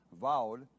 vowed